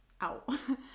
ow